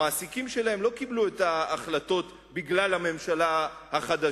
המעסיקים שלהם לא קיבלו את ההחלטה לפטר אותם בגלל הממשלה החדשה,